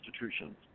institutions